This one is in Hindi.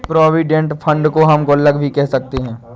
प्रोविडेंट फंड को हम गुल्लक भी कह सकते हैं